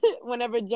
whenever